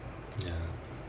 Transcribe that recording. ya